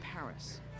Paris